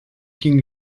king